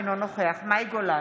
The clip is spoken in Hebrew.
אינו נוכח מאי גולן,